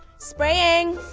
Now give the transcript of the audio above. spraying.